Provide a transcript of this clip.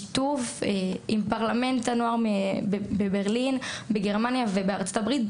בשיתוף פרלמנט הנוער בברלין גרמניה ובארצות הברית.